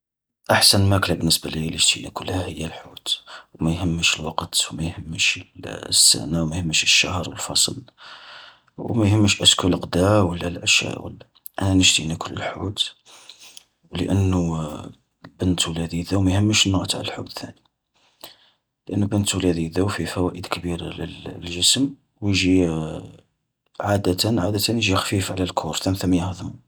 أحسن ماكلة بالنسبة ليا نشتي ناكلها هي الحوت، ما يهمش الوقت و مايهمش السنة و مايهمش الشهر و الفصل، ومايهمش ايسكو القدا ولا العشا ولا، أنا نشتي ناكل الحوت. لأنو بنتو لذيذة وما يهمش النوع تع الحوت ثاني، لأنو بنتو لذيذة و فيه فوائد كبيرة لل جسم، ويجي عادة عادة يجي خفيف على الكور ثمثم يهضمو.